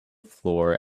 floor